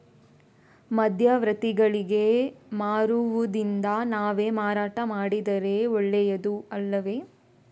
ಮಧ್ಯವರ್ತಿಗಳಿಗೆ ಮಾರುವುದಿಂದ ನಾವೇ ಮಾರಾಟ ಮಾಡಿದರೆ ಒಳ್ಳೆಯದು ಅಲ್ಲವೇ?